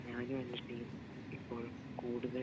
ഞാനും എൻ്റെ ടീമു ഇപ്പോൾ കൂടുതൽ